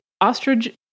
ostrich